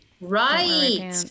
right